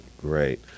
Great